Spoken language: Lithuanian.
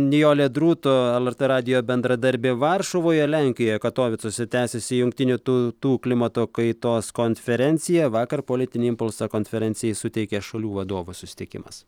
nijolė drūto lrt radijo bendradarbė varšuvoje lenkijoje katovicuose tęsiasi jungtinių tautų klimato kaitos konferencija vakar politinį impulsą konferencijai suteikė šalių vadovų susitikimas